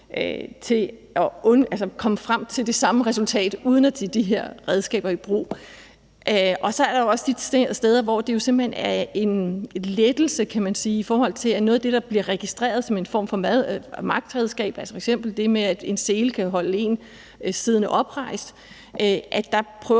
for at komme frem til det samme resultat, uden at tage de her redskaber i brug. Så er der jo også de steder, hvor det simpelt hen er en lettelse. Det er i forhold til noget af det, der bliver registreret som en form for magtredskab, altså f.eks. det med, at en sele kan holde en siddende oprejst. Der prøver